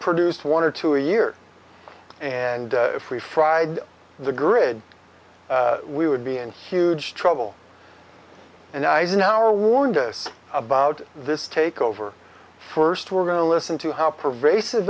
produced one or two a year and free fried the grid we would be in huge trouble and eisenhower warned us about this takeover first we're going to listen to how pervasive